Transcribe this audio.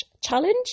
challenge